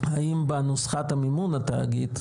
האם בנוסחת מימון התאגיד,